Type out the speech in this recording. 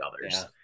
others